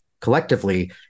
collectively